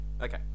okay